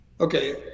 okay